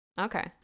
Okay